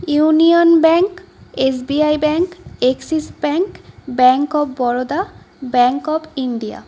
union bank SBI bank axis bank bank of Baroda bank of India